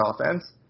offense